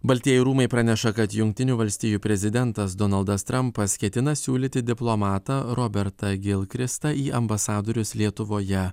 baltieji rūmai praneša kad jungtinių valstijų prezidentas donaldas trampas ketina siūlyti diplomatą robertą geilkristą į ambasadorius lietuvoje